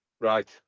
Right